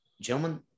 gentlemen